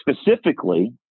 Specifically